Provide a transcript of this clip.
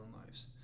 lives